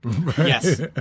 Yes